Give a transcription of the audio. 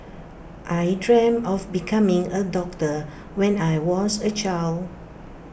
I dreamt of becoming A doctor when I was A child